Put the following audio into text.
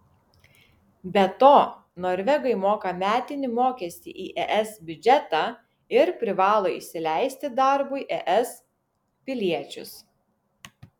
be to norvegai moka metinį mokestį į es biudžetą ir privalo įsileisti darbui es piliečius